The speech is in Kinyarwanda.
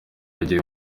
yagiye